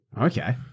Okay